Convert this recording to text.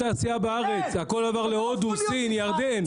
אין תעשייה בארץ, הכול עבר להודו, סין, ירדן.